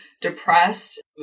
depressed